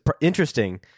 interesting